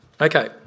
Okay